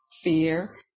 fear